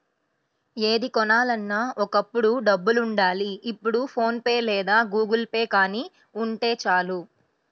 ఏది కొనాలన్నా ఒకప్పుడు డబ్బులుండాలి ఇప్పుడు ఫోన్ పే లేదా గుగుల్పే గానీ ఉంటే చాలు